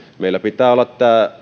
meillä pitää olla